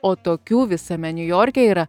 o tokių visame niujorke yra